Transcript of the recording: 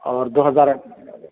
اور دو ہزار